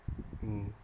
mm